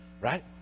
Right